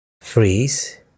Freeze